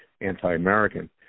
anti-American